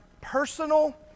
personal